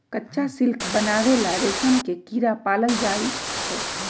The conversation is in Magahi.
कच्चा सिल्क बनावे ला रेशम के कीड़ा पालल जाई छई